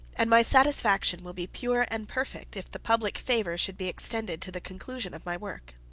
and my satisfaction will be pure and perfect, if the public favor should be extended to the conclusion of my work.